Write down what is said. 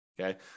Okay